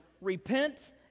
Repent